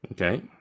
Okay